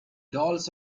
dolls